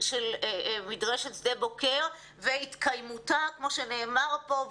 מדרשת שדה בוקר והתקיימותה כמו שנאמר פה.